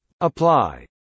Apply